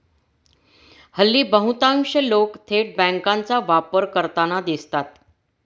हल्ली बहुतांश लोक थेट बँकांचा वापर करताना दिसतात